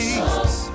Jesus